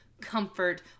comfort